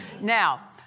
Now